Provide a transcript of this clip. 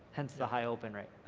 hence the high open rate.